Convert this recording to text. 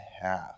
half